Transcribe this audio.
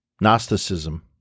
Gnosticism